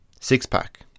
six-pack